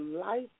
life